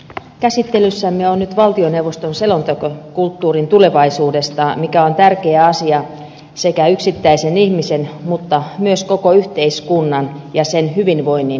käsittelyssämme on nyt valtioneuvoston selonteko kulttuurin tulevaisuudesta mikä on tärkeä asia sekä yksittäisen ihmisen että myös koko yhteiskunnan ja sen hyvinvoinnin kannalta